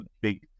big